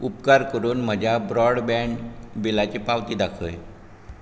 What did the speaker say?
उपकार करून म्हज्या ब्रॉडबँड बिलाची पावती दाखय